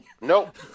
Nope